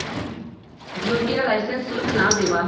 ज्योतिया लाइसेंस शुल्क ना देवा हई